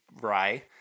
Rye